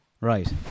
Right